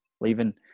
leaving –